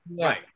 Right